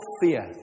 fear